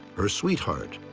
her sweetheart,